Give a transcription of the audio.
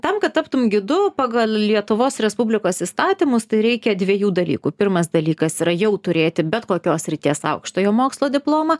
tam kad taptum gidu pagal lietuvos respublikos įstatymus tai reikia dviejų dalykų pirmas dalykas yra jau turėti bet kokios srities aukštojo mokslo diplomą